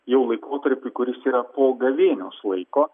jau laikotarpiui kuris yra po gavėnios laiko